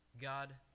God